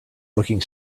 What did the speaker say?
looking